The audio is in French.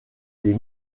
des